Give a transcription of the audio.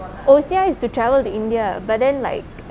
O_C_I is to travel to india but then like